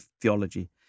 Theology